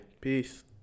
Peace